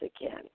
again